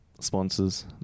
sponsors